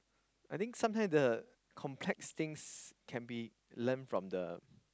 I think sometime the complex things can be learn from the